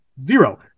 Zero